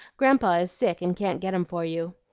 grandpa is sick and can't get em for you.